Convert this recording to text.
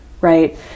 right